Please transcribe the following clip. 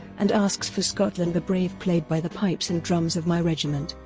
and asks for scotland the brave played by the pipes and drums of my regiment,